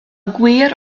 gwir